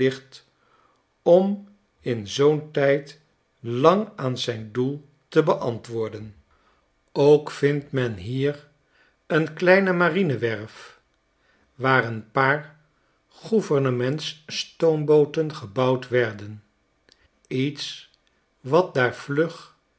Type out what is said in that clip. om in zop tijd lang aan zijn doel te beantwoorden ooiprindt men hier een kleine marine werf waar een paar gouvernements stoombooten gebouwd werden iets wat daar vlug